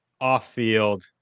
off-field